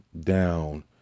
down